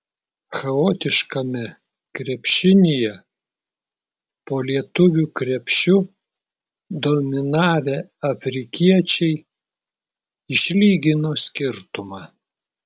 chaotiškame krepšinyje po lietuvių krepšiu dominavę afrikiečiai išlygino skirtumą